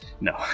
No